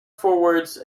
forwards